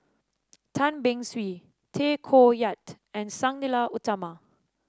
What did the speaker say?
Tan Beng Swee Tay Koh Yat and Sang Nila Utama